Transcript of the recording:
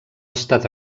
estat